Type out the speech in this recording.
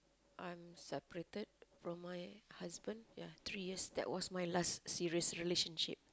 I'm separated from my husband ya three years that was my last serious relationship